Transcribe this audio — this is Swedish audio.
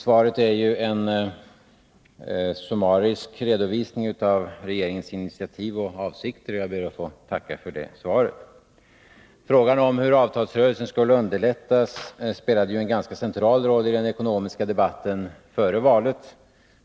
Svaret är en summarisk redovisning av regeringens initiativ och avsikter, och jag ber att få tacka för det. Frågan om hur avtalsrörelsen skulle underlättas spelade en ganska central roll i den ekonomiska debatten före valet.